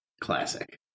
Classic